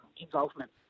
involvement